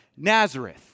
Nazareth